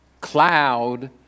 cloud